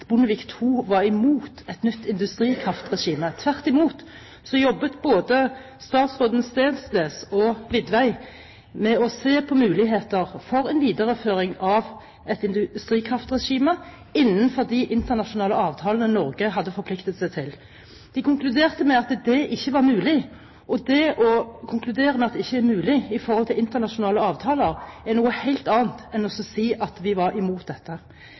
Bondevik II var imot et nytt industrikraftregime. Tvert imot jobbet både statsrådene Steensnæs og Widvey med å se på muligheter for en videreføring av et industrikraftregime innenfor de internasjonale avtalene Norge hadde forpliktet seg til. De konkluderte med at det ikke var mulig. Og det å konkludere med at det ikke er mulig i forhold til internasjonale avtaler er noe helt annet enn å si at vi var imot dette.